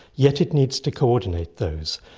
yet it needs to coordinate those.